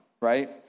right